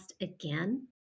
again